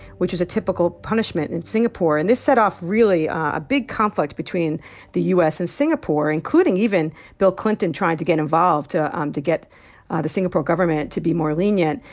which is a typical punishment in and singapore and this set off really a big conflict between the u s. and singapore, including even bill clinton trying to get involved to um to get the singapore government to be more lenient.